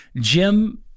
Jim